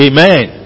Amen